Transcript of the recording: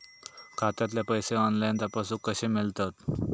खात्यातले पैसे ऑनलाइन तपासुक कशे मेलतत?